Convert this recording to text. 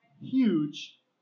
huge